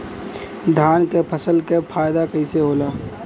धान क फसल क फायदा कईसे होला?